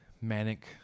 Manic